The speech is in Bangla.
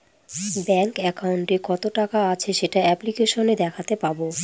ব্যাঙ্ক একাউন্টে কত টাকা আছে সেটা অ্যাপ্লিকেসনে দেখাতে পাবো